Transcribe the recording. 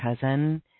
cousin